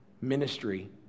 ministry